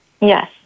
Yes